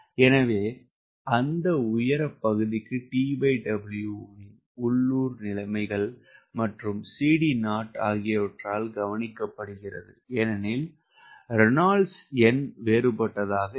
எனவே அந்த உயர பகுதி TW சுற்றிருக்கும் நிலைமைகள் மற்றும் CD0 ஆகியவற்றால் கவனிக்கப்படுகிறது ஏனெனில் ரெனால்ட்ஸ் எண் வேறுபட்டதாக இருக்கும்